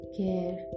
care